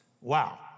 Wow